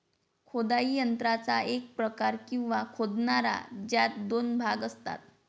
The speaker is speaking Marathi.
खोदाई यंत्राचा एक प्रकार, किंवा खोदणारा, ज्यात दोन भाग असतात